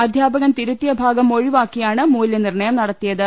അധ്യാപകൻ തിരുത്തിയ ഭാഗം ഒഴിവാക്കിയാണ് മൂല്യനിർണയം നടത്തിയത്